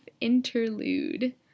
interlude